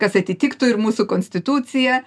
kas atitiktų ir mūsų konstituciją